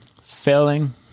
failing